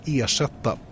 ersätta